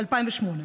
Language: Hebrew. ב-2008.